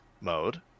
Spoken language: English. mode